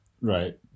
Right